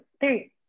three